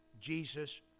Jesus